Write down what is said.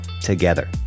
together